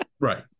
Right